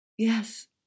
Yes